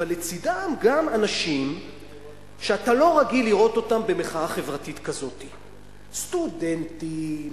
אבל לצדם גם אנשים שאתה לא רגיל לראות במחאה חברתית כזאת: סטודנטים,